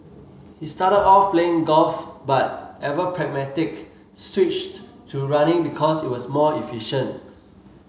he started off playing golf but ever pragmatic switched to running because it was more efficient